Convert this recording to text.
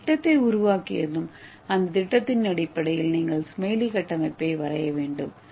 நீங்கள் திட்டத்தை உருவாக்கியதும் அந்த திட்டத்தின் அடிப்படையில் நீங்கள் ஸ்மைலி கட்டமைப்பை வரைய வேண்டும்